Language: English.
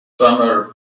summer